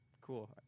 Cool